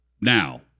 now